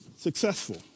successful